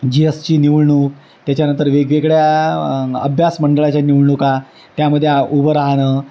जी एसची निवडणूक त्याच्यानंतर वेगवेगळ्या अभ्यास मंडळाच्या निवडणूका त्यामध्ये उभं राहणं